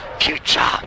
future